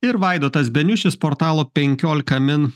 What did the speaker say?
ir vaidotas beniušis portalo penkiolika min